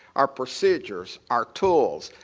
our procedures, our tools.